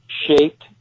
shaped